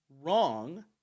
wrong